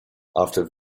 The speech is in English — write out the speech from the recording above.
after